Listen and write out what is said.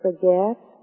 Forget